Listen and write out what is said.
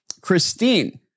Christine